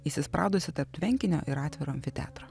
įsispraudusį tarp tvenkinio ir atviro amfiteatro